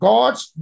God's